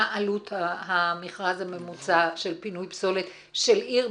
מה עלות המכרז הממוצע של פינוי פסולת של עיר,